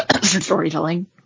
storytelling